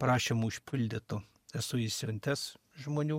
prašymų užpildytų esu išsiuntęs žmonių